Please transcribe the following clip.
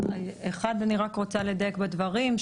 קודם כל אני רק רוצה לדייק בדברים,